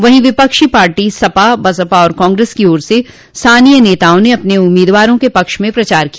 वहीं विपक्षी पार्टी सपाबसपा और कांग्रेस की ओर से स्थानीय नेताओं ने अपने उम्मीदवारों के पक्ष में प्रचार किया